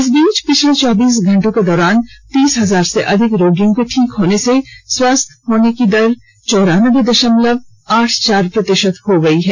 इस बीच पिछले चौबीस घंटे के दौरान तीस हजार से अधिक रोगियों के ठीक होने से स्वस्थ होने की दर चौरान्बे दशमलव आठ चार प्रतिशत हो गई है